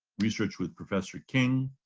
research with professor king.